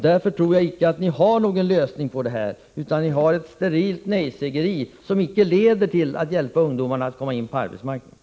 Därför tror jag inte att ni har någon lösning på ungdomsarbetslösheten, utan ni ägnar er åt ett sterilt nej-sägeri som inte leder till att ungdomarna får hjälp att komma in på arbetsmarknaden.